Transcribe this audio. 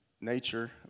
nature